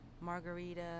Margarita